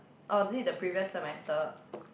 or was it the previous semester